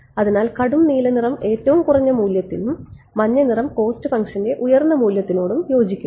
അതിനാൽ കടും നീല നിറം ഏറ്റവും കുറഞ്ഞ മൂല്യത്തിനും മഞ്ഞ നിറം കോസ്റ്റ് ഫംഗ്ഷന്റെ ഉയർന്ന മൂല്യത്തിനോടും യോജിക്കുന്നു